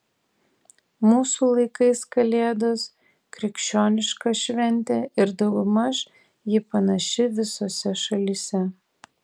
mūsų laikais kalėdos krikščioniška šventė ir daugmaž ji panaši visose šalyse